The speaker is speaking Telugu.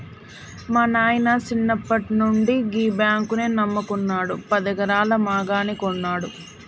మా నాయిన సిన్నప్పట్నుండి గీ బాంకునే నమ్ముకున్నడు, పదెకరాల మాగాని గొన్నడు